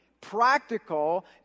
practical